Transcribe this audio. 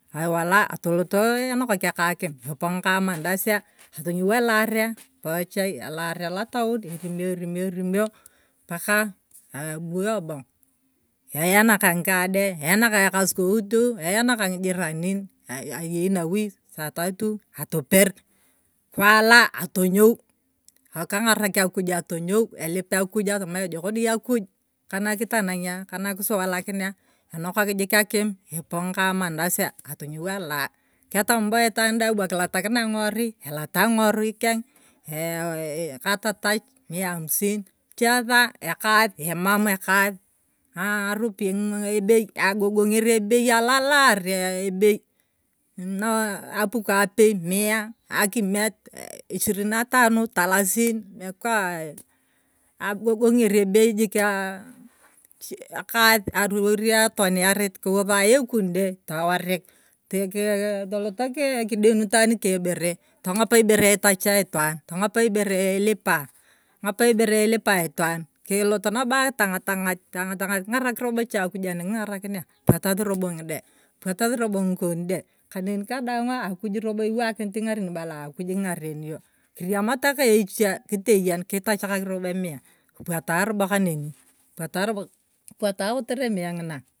Ewala atoloto enokak akim epo ng'akaa mandazia atony'oo elaria. epo achai elaaria lotaon. erinio paka abu ebong eyana ka ng'ikade. eyane ka ekasukoute. eyana ka ng'ijiranin. ayei nawui saa tatu atoper kiwala atony'ou. keng'arak akuj atony'ou elip akoj atama ejeko noi akuj kana kitanang'ia kana kisuwalakinia enokak jik nkim epo ng'aka mandazia. atony'ouelaa ketama bo itaan dai bwa kilatakini ng'iorui elata ng'iorui kengee katatach mia amusin echiesa ekas emama ekaas ng'aa ropiyae. ebei agogong'eri ebei alalaar ebei mm apuko apei mia akimiet eshirini matano. talasin imekuwa ee agogong'er ebei jikia aa chie ekas aruwaria etonuwarit kiiuusaya ekunde tawarik tikii toloto kidenut itaan ikee bore tong'op ibere itacha. tong'op ibere ilipaa. tong'op ibere ilipaa itwaan tolot nabo atang'atangat king'arak robo cha akuj aniking'arakinia topwatasi robo ng'ide. topwatari robo ng'ikon de kaneni kadaana akuj robo iwakinit ng'aren ibala akuj king'arenio kiriamata kaechie kiteyem kitachakak mia tupwata robo kaneni. tupwata robo kaa topwata ketese mia ng'ina.